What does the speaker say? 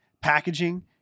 packaging